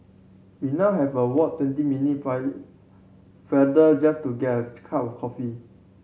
we now have a walk twenty minute farther just to get a cup of coffee